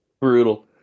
Brutal